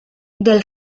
del